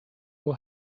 will